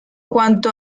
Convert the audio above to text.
cuanto